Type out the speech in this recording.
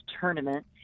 tournament